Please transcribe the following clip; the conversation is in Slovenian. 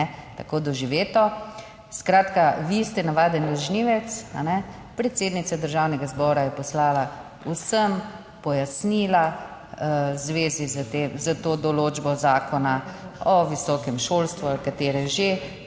tako doživeto. Skratka vi ste navaden lažnivec. Predsednica Državnega zbora je poslala vsem pojasnila v zvezi s to določbo Zakona o visokem šolstvu ali katere že,